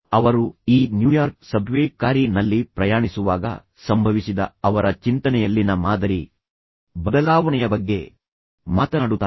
ಅವರು ಈ New York subway car ನಲ್ಲಿ ಪ್ರಯಾಣಿಸುವಾಗ ಸಂಭವಿಸಿದ ಅವರ ಚಿಂತನೆಯಲ್ಲಿನ ಮಾದರಿ ಬದಲಾವಣೆಯ ಬಗ್ಗೆ ಮಾತನಾಡುತ್ತಾರೆ